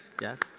yes